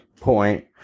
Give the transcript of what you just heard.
point